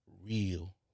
Real